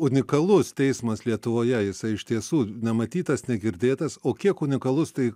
unikalus teismas lietuvoje jisai iš tiesų nematytas negirdėtas o kiek unikalus tai